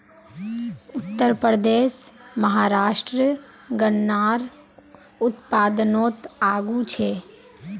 उत्तरप्रदेश, महाराष्ट्र गन्नार उत्पादनोत आगू छे